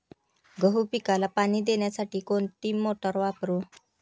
गहू पिकाला पाणी देण्यासाठी कोणती मोटार वापरू?